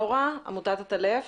נורה, עמותת עטל"ף.